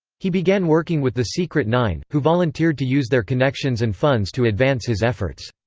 he began working with the secret nine, who volunteered to use their connections and funds to advance his efforts.